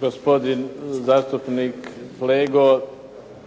Gospodin zastupnik Flego